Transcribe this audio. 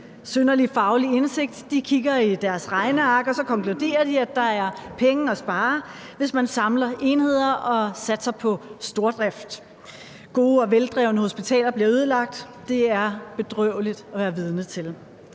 synderlig faglig indsigt kigger i deres regneark, og så konkluderer de, at der er penge at spare, hvis man samler enheder og satser på stordrift. Gode og veldrevne hospitaler bliver ødelagt. Det er bedrøveligt at være vidne til.